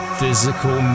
physical